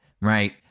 right